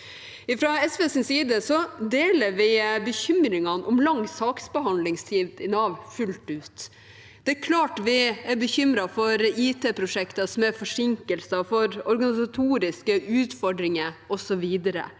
Fra SVs side deler vi bekymringene om lang saksbehandlingstid i Nav fullt ut. Det er klart vi er bekymret for IT-prosjekter som er forsinket, for organisatoriske utfordringer osv., men